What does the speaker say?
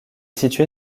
situé